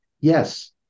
Yes